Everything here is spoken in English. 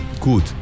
good